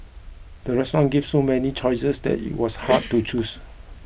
the restaurant gave so many choices that it was hard to choose